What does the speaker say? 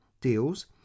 deals